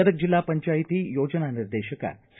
ಗದಗ ಜಿಲ್ಲಾ ಪಂಚಾಯ್ತಿ ಯೋಜನಾ ನಿರ್ದೇಶಕ ಸಿ